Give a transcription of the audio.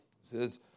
says